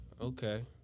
Okay